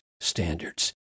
standards